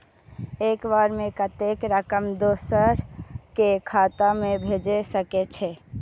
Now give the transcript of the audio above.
एक बार में कतेक रकम दोसर के खाता में भेज सकेछी?